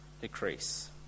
decrease